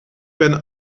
ben